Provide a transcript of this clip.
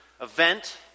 event